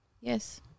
Yes